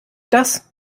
das